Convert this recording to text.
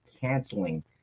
canceling